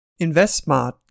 InvestSmart